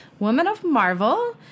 womanofmarvel